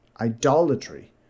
idolatry